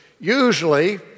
usually